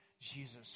Jesus